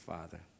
Father